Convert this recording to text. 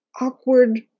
awkward